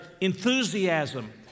enthusiasm